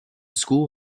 school